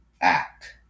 Act